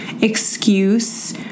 excuse